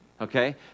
okay